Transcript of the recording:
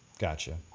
Gotcha